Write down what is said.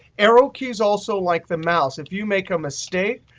arrow keys also like the mouse. if you make a mistake,